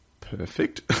Perfect